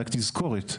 רק תזכורת.